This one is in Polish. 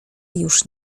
już